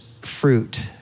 fruit